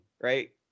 right